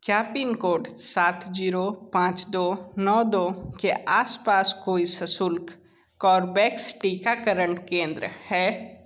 क्या pin code सात zero पाँच दो नौ दो के आस पास कोई सशुल्क कॉबवैक्स टीकाकरण केंद्र है